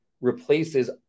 replaces